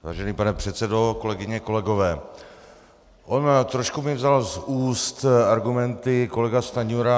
Vážený pane předsedo, kolegyně, kolegové, trošku mi vzal z úst argumenty kolega Stanjura.